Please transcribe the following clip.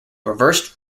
reversed